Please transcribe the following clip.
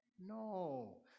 No